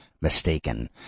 mistaken